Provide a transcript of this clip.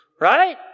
right